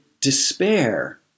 despair